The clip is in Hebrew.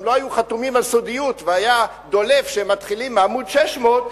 אם לא היו חתומים על סודיות והיה דולף שהם מתחילים מעמ' 600,